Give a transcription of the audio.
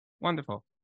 Wonderful